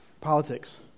politics